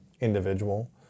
individual